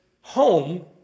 home